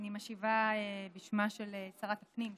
אני משיבה בשמה של שרת הפנים,